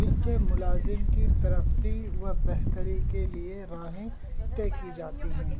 جس سے ملازم کی ترقی و بہتری کے لیے راہیں طے کی جاتی ہیں